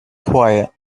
quiet